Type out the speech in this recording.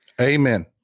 Amen